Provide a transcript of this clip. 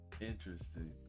interesting